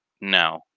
no